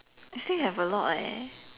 I still have a lot leh